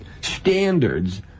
standards